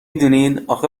دونین، اخه